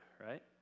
right